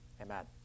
Amen